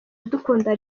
iradukunda